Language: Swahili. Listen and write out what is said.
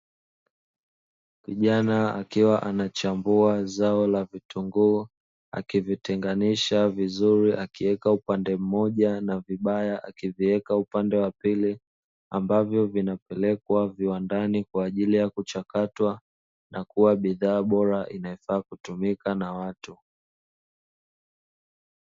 Kijana akiwa anachambua zao la kitunguu akivitenganisha vizuri akiweka upande mmoja na vibaya akivieka upande wa pili, ambavyo vinapelekwa viwandani kwa ajili ya kuchakatwa na kuwa bidhaa bora inayofaa kutumika na watu.